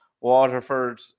waterford